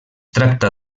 tracta